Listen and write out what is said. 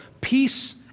peace